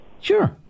Sure